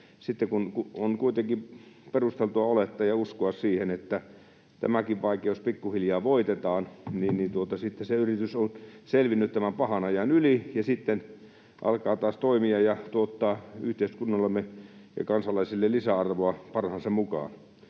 sitten kun on kuitenkin perusteltua olettaa ja uskoa siihen, että tämäkin vaikeus pikkuhiljaa voitetaan, niin sitten se yritys on selvinnyt tämän pahan ajan yli ja alkaa taas toimia ja tuottaa yhteiskunnallemme ja kansalaisille lisäarvoa parhaansa mukaan.